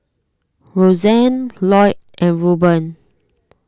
Roxane Lloyd and Ruben